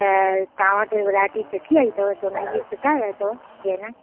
त तव्हां वटि वैराइटी सुठी आई अथव सोननि जी सुठा आया अथव गहना